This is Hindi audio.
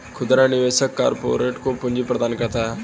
खुदरा निवेशक कारपोरेट को पूंजी प्रदान करता है